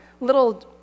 little